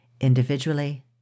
individually